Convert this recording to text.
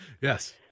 Yes